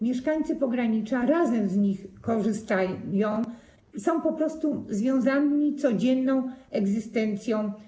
Mieszkańcy pogranicza razem z nich korzystają i są bardzo silnie związani codzienną egzystencją.